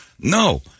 No